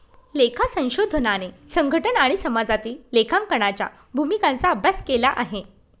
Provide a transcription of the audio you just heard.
लेखा संशोधनाने संघटना आणि समाजामधील लेखांकनाच्या भूमिकांचा अभ्यास केला आहे